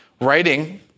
writing